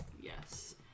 Yes